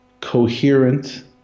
coherent